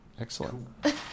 Excellent